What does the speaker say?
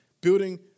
Building